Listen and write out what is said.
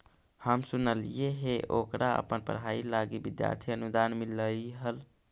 हम सुनलिइ हे ओकरा अपन पढ़ाई लागी विद्यार्थी अनुदान मिल्लई हल